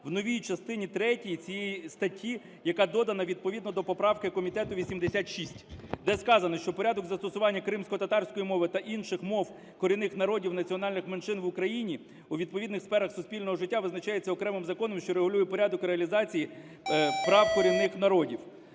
в новій частині третій цієї статті, яка додана відповідно до поправки комітету 86. Де сказано, що "порядок застосування кримськотатарської мови та інших мов корінних народів, національних меншин в Україні у відповідних сферах суспільного життя визначаються окремим законом, що регулює порядок реалізації прав корінних народів".